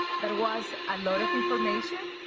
there was a lot of information.